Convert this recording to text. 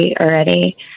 already